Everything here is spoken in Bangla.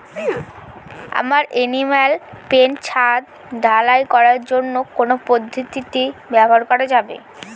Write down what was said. আমার এনিম্যাল পেন ছাদ ঢালাই করার জন্য কোন পদ্ধতিটি ব্যবহার করা হবে?